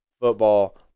football